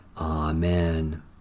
Amen